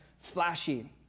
flashy